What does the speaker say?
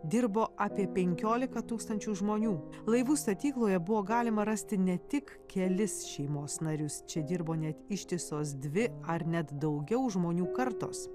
dirbo apie penkiolika tūkstančių žmonių laivų statykloje buvo galima rasti ne tik kelis šeimos narius čia dirbo net ištisos dvi ar net daugiau žmonių kartos